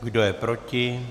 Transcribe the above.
Kdo je proti?